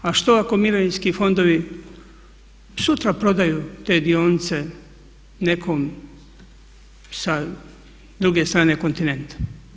A što ako mirovinski fondovi sutra prodaju te dionice nekom sa druge strane kontinenta?